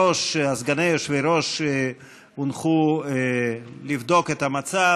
שסגני היושב-ראש הונחו לבדוק את המצב